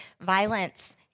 violence